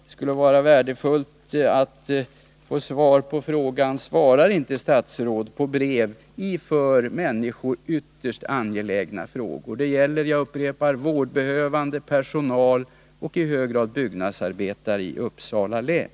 Det skulle vara värdefullt att få veta, om statsrådet inte svarar på brev i för människor ytterst angelägna frågor. Jag upprepar att det gäller vårdbehövande, personal och i hög grad även byggnadsarbetare i Uppsala län.